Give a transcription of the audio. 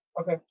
Okay